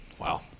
Wow